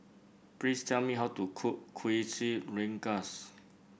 please tell me how to cook Kuih Rengas